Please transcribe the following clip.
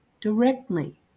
directly